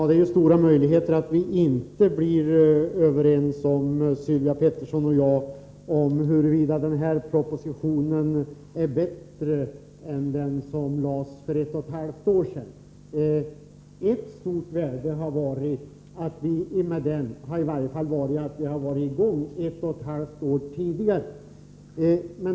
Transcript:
Herr talman! Det är stor risk för att Sylvia Pettersson och jag inte blir överens om huruvida denna proposition är bättre än den som lades fram för ett och ett halvt år sedan. Ett stort värde med den borgerliga propositionen hade i alla fall varit att förslagen hade kunnat genomföras ett och ett halvt år tidigare.